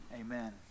Amen